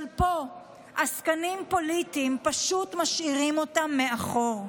אבל פה עסקנים פוליטיים פשוט משאירים אותם מאחור.